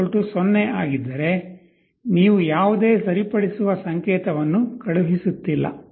ಆದ್ದರಿಂದ e 0 ಆಗಿದ್ದರೆ ನೀವು ಯಾವುದೇ ಸರಿಪಡಿಸುವ ಸಂಕೇತವನ್ನು ಕಳುಹಿಸುತ್ತಿಲ್ಲ